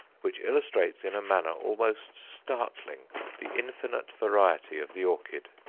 which illustrates in a manner almost startling the infinite variety of the orchid.